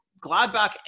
Gladbach